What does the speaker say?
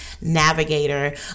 Navigator